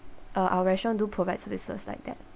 uh our restaurant do provide services like that